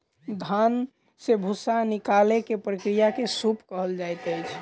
धान से भूस्सा निकालै के प्रक्रिया के सूप कहल जाइत अछि